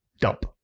dump